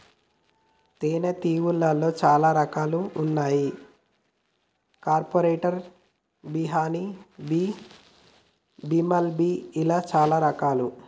తేనే తీగలాల్లో చాలా రకాలు వున్నాయి carpenter bee honey bee, bumble bee ఇలా చాలా రకాలు